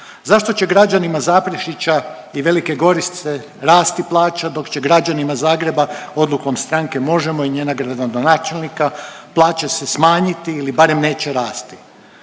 zašto će građanima Zaprešića i Velike Gorice rasti plaća dok će građanima Zagreba odlukom stranke Možemo! i njenog gradonačelnika plaće se smanjiti ili barem neće rasti?